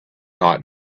not